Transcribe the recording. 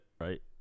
Right